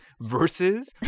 versus